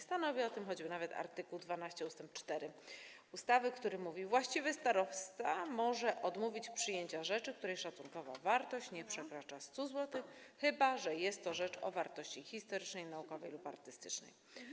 Stanowi o tym choćby art. 12 ust. 4 ustawy, który mówi: Właściwy starosta może odmówić przyjęcia rzeczy, której szacunkowa wartość nie przekracza 100 zł, chyba że jest to rzecz o wartości historycznej, naukowej lub artystycznej.